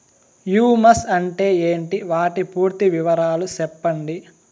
Humus అంటే ఏంటి? వాటి పూర్తి వివరాలు సెప్పండి?